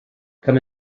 come